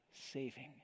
saving